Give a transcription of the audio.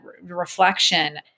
reflection